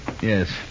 Yes